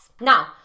Now